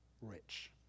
rich